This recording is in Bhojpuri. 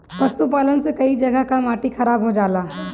पशुपालन से कई जगह कअ माटी खराब हो जाला